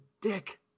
dick